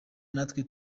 natwe